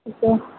இப்போ